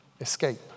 escape